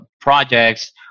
projects